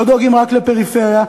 לא דואגים רק לפריפריה,